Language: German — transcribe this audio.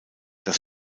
das